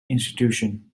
institution